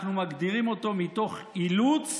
אנחנו מגדירים אותו מתוך אילוץ